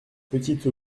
petite